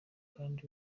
kandi